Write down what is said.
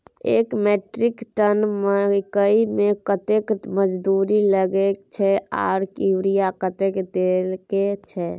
एक metric ton मकई में कतेक मजदूरी लगे छै आर यूरिया कतेक देके छै?